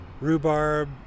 rhubarb